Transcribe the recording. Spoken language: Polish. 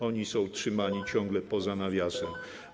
Oni są trzymani ciągle poza nawiasem.